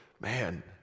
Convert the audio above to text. man